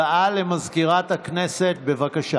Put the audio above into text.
הודעה למזכירת הכנסת, בבקשה.